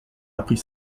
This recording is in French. appris